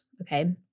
okay